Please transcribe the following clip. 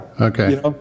Okay